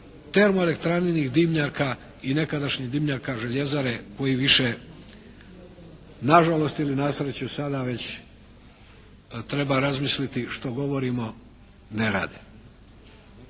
termoelektraninih dimnjaka i nekadašnjih dimnjaka željezare koji više na žalost ili na sreću sada već treba razmisliti što govorimo, ne rade.